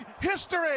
history